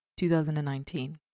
2019